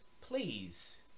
Please